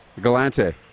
Galante